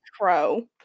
Crow